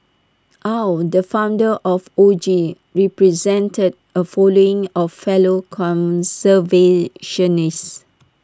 aw the founder of O G represented A following of fellow conservationists